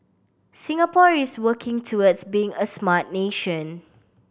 Singapore is working towards being a smart nation